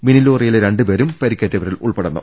mini ലോറിയിലെ രണ്ട് പേരും പരി ക്കേറ്റവരിൽ ഉൾപ്പെടുന്നു